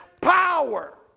power